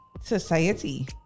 society